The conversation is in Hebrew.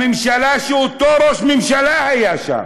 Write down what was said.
בממשלה שאותו ראש ממשלה היה שם.